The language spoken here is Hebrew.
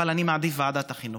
אבל אני מעדיף לוועדת החינוך.